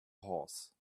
horse